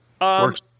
works